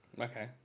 Okay